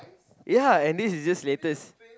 ya and this is just latest